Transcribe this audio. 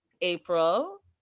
april